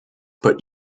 but